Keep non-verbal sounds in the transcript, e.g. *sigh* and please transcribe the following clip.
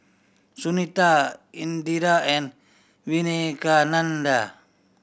Sunita Indira and *unintelligible*